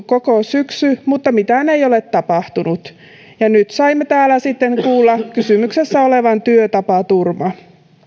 koko syksy mutta mitään ei ole tapahtunut ja nyt saimme täällä sitten kuulla kysymyksessä olevan työtapaturma